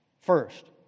First